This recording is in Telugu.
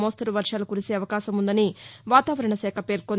మోస్తరు వర్వాలు కురిసే అవకాశం ఉందని వాతావరణ శాఖ పేర్కొంది